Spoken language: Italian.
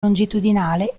longitudinale